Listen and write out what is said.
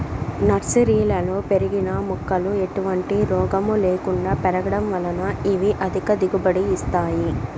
నర్సరీలలో పెరిగిన మొక్కలు ఎటువంటి రోగము లేకుండా పెరగడం వలన ఇవి అధిక దిగుబడిని ఇస్తాయి